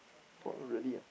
!wah! really ah